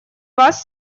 вас